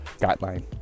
guideline